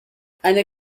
eine